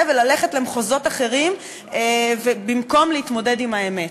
וללכת למחוזות אחרים במקום להתמודד עם האמת.